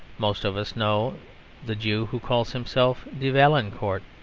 most of us know the jew who calls himself de valancourt.